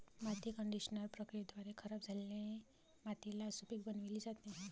माती कंडिशनर प्रक्रियेद्वारे खराब झालेली मातीला सुपीक बनविली जाते